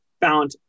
found